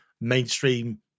mainstream